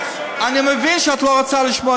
מה זה קשור?